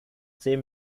zehn